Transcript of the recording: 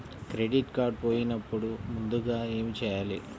Credit card పోయినపుడు ముందుగా ఏమి చేయాలి?